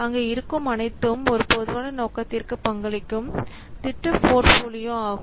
அங்கு இருக்கும் அனைத்தும் ஒரு பொதுவான நோக்கத்திற்கு பங்களிக்கும் திட்ட போர்ட்ஃபோலியோ ஆகும்